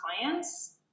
clients